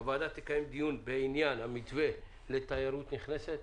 הוועדה תקיים דיון בעניין המתווה לתיירות נכנסת,